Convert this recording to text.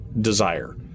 desire